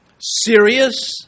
serious